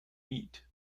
meat